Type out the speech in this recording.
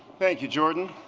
thank you jordan.